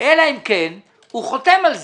אלא אם כן הוא חותם על זה.